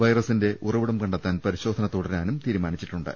വൈറസിന്റെ ഉറവിടം കണ്ടെത്താൻ പരി ശോധന തുടരാനും തീരുമാനിച്ചിട്ടുണ്ട്